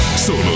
Solo